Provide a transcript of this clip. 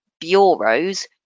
bureaus